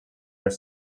are